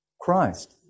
Christ